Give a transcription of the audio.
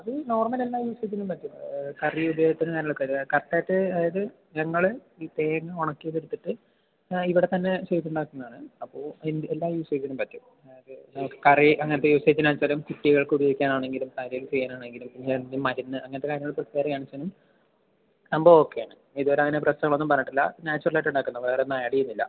അത് നോർമൽ എല്ലാ യൂസേജിനും പറ്റും കറി ഉപയോഗത്തിന് നല്ലതാണ് കറക്ട് ആയിട്ട് അതായത് ഞങ്ങൾ ഈ തേങ്ങ ു ഉണക്കിയത് എടുത്തിട്ട് ഇവിടെത്തന്നെ ചെയ്ത് ഉണ്ടാക്കുന്ന ആണ് അപ്പോൾ എന്ത് എല്ലാ യൂസേജിനും പറ്റും അത് നമുക്ക് കറി അങ്ങനത്തെ യൂസേജിനാണ് വച്ചാലും കുട്ടികൾക്ക് ഉപയോഗിക്കാൻ ആണെങ്കിലും തലയിൽ യൂസ് ചെയ്യാൻ ആണെങ്കിലും പിന്നെ മരുന്ന് അങ്ങനത്ത കാര്യങ്ങൾ പ്രിപ്പേർ ചെയ്യുകയാണെന്നു വച്ചാലും സംഭവം ഓക്കെ ആണ് ഇതുവരെ അങ്ങന പ്രശ്നങ്ങളൊന്നും പറഞ്ഞിട്ടില്ല നാച്ചുറൽ ആയിട്ട് ഉണ്ടാക്കുന്ന വേറൊന്നും ഏഡ് ചെയ്യുന്നില്ല